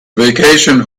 vacation